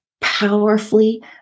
powerfully